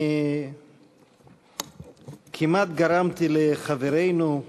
כמעט גרמתי לחברנו,